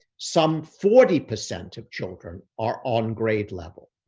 some forty percent of children are on grade level.